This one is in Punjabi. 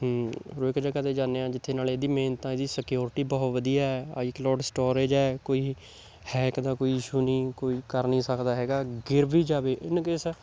ਹਰੇਕ ਜਗ੍ਹਾ 'ਤੇ ਜਾਂਦੇ ਹਾਂ ਜਿੱਥੇ ਨਾਲੇ ਇਹਦੀ ਮੇਨ ਤਾਂ ਇਹਦੀ ਸਕਿਓਰਟੀ ਬਹੁਤ ਵਧੀਆ ਹੈ ਆਈਕਲੋਡ ਸਟੋਰੇਜ ਹੈ ਕੋਈ ਹੈਕ ਦਾ ਕੋਈ ਇਸ਼ੂ ਨਹੀਂ ਕੋਈ ਕਰ ਨਹੀਂ ਸਕਦਾ ਹੈਗਾ ਗਿਰ ਵੀ ਜਾਵੇ ਇਨਕੇਸ